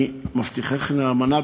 אני מבטיחך נאמנה,